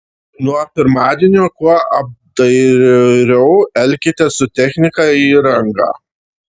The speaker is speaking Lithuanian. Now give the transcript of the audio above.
nuo pirmadienio kuo apdairiau elkitės su technika įranga